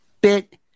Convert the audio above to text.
bit